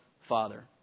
Father